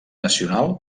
nacional